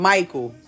Michael